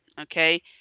okay